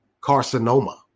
carcinoma